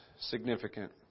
significant